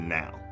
now